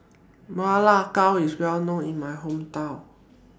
Ma Lai Gao IS Well known in My Hometown